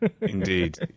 Indeed